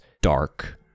dark